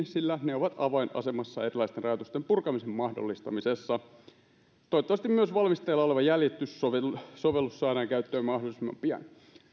sillä ne ovat avainasemassa erilaisten rajoitusten purkamisen mahdollistamisessa toivottavasti myös valmisteilla oleva jäljityssovellus saadaan käyttöön mahdollisimman pian